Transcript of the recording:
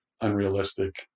unrealistic